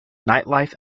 nightlife